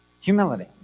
humility